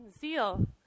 zeal